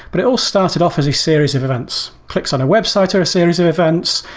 but it all started off as a series of events. clicks on a website a series of events.